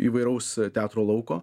įvairaus teatro lauko